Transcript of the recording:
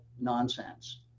nonsense